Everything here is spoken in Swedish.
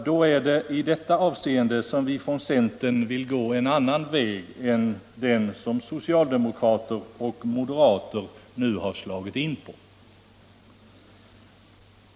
Det är i detta avseende vi från centern vill gå en annan väg än den som socialdemokrater och moderater nu har slagit in på.